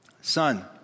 Son